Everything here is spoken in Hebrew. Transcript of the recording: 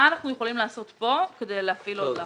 מה אנחנו יכולים לעשות כאן כדי להפעיל עוד לחץ.